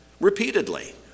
Repeatedly